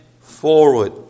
forward